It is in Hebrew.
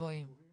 זה